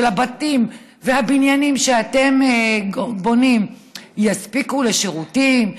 הבתים והבניינים שאתם בונים יספיקו לשירותים,